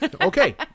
Okay